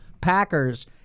Packers